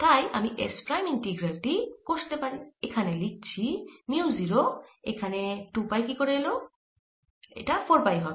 তাই আমি s prime integral টি কষতে পারি এখানে লিখছি মিউ 0 এখানে 2 পাই কি করে এলো এটি 4 পাই হবে